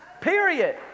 Period